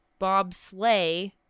bobsleigh